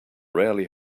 rarely